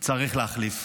צריך להחליף,